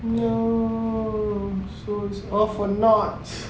no so it's all for nots